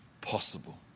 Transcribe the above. possible